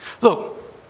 Look